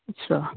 अच्छा